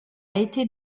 été